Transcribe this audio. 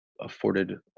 afforded